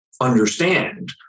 understand